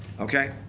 Okay